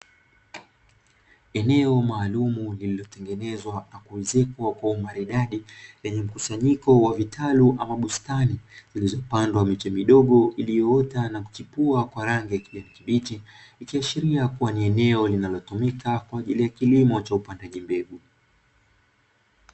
Eneo maalumu, lililotengenezwa na kuezekwa kwa umaridadi, lenye mkusanyiko wa vitalu ama bustani ziliyopandwa miche midogo iliyoota na kuchipua kwa rangi ya kijani kibichi, ikiashiria kuwa ni eneo linalotumika kwa ajili ya kilimo cha upandaji mbegu.